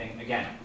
again